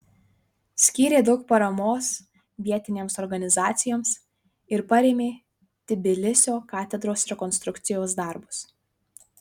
skyrė daug paramos vietinėms organizacijoms ir parėmė tbilisio katedros rekonstrukcijos darbus